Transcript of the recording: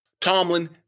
Tomlin